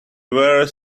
were